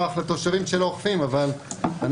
נוח לתושבים שלא אוכפים אבל אנחנו,